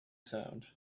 sound